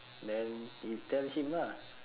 then you tell him lah